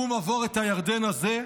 "קום עבֹר את הירדן הזה",